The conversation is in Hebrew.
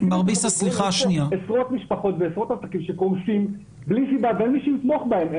יש פה עשרות משפחות ועשרות עסקים שקורסים בלי סיבה ואין מי שיתמוך בהם.